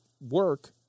work